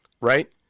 Right